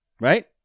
Right